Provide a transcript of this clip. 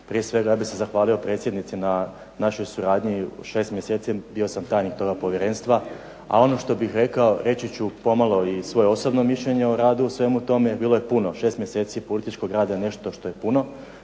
Prije svega, ja bih se zahvalio predsjednici na našoj suradnji. Šest mjeseci bio sam tajnik toga povjerenstva. A ono što bih rekao, reći ću pomalo i svoje osobno mišljenje o radu u svemu tome. Bilo je puno, šest mjeseci političkog rada je nešto što je puno,